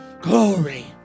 Glory